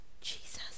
jesus